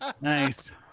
nice